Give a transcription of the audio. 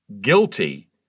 guilty